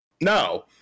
No